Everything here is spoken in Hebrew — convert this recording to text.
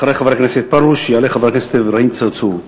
אחרי חבר הכנסת פרוש יעלה חבר הכנסת אברהים צרצור.